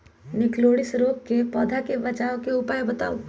निककरोलीसिस रोग से पौधा के बचाव के उपाय बताऊ?